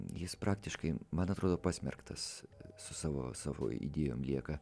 jis praktiškai man atrodo pasmerktas su savo savo idėjom lieka